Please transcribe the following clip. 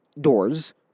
doors